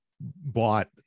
bought